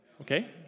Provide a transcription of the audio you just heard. Okay